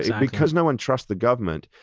because no one trusts the government,